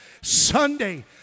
Sunday